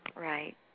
Right